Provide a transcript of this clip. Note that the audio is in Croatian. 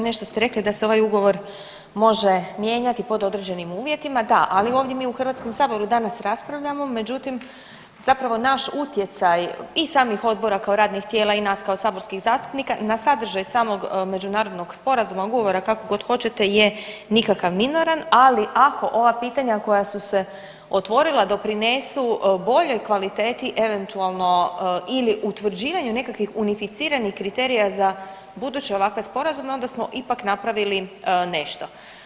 Nešto ste rekli da se ovaj ugovor može mijenjati pod određenim uvjetima, da, ali ovdje mi u Hrvatskom saboru danas raspravljamo, međutim, zapravo naš utjecaj i samih odbora kao radnih tijela i nas kao saborskih zastupnika na sadržaj samog međunarodnog sporazuma, ugovora, kako god hoćete, je nikakav, minoran, ali ako ova pitanja koja su se otvorila doprinesu boljoj kvaliteti eventualno ili utvrđivanju nekakvih unificiranih kriterija za buduće ovakve sporazume, onda smo ipak napravili nešto.